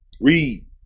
Read